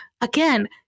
Again